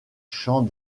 champs